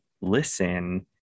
listen